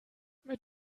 mit